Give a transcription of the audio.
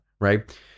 right